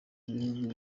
ibihugu